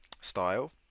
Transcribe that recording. style